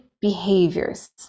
behaviors